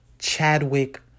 Chadwick